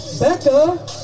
Becca